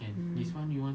mm